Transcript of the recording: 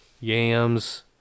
yams